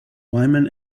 wyman